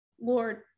Lord